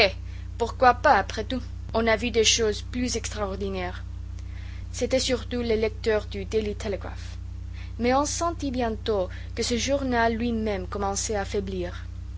pourquoi pas après tout on a vu des choses plus extraordinaires c'étaient surtout les lecteurs du daily telegraph mais on sentit bientôt que ce journal lui-même commençait à faiblir